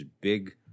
big